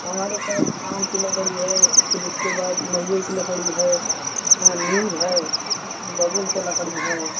हमारे पास आम की लकड़ी है फिर उसके बाद महुए की लकड़ी है नीम है बबूल का लकड़ी है